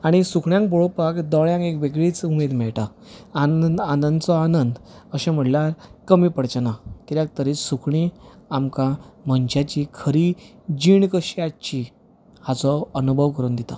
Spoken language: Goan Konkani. आनी सुकण्यांक पळोवपाक दोळ्यांक एक वेगळींच उमेद मेळटा आनंद आनंदचो आनंद अशें म्हणल्यार कमी पडचे ना किद्याक तर ही सुकणीं आमकां मनशाची खरी जीण कशीं आसची हांचो अनुभव करून दितात